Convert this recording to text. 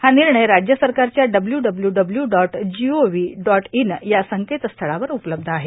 हा निर्णय राज्य सरकारच्या W W dot G O V dot in या संकेतस्थळावर उपलब्ध आहे